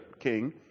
king